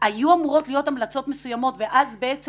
היו אמורות להיות המלצות מסוימות ואז בעצם